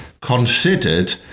considered